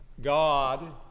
God